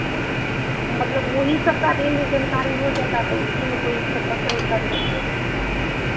मतलब वही सबका रेंज जानकारी हो जाता तो उसी में कोई एक ठो पसन्द कर लेते